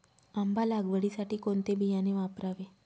आंबा लागवडीसाठी कोणते बियाणे वापरावे?